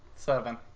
Seven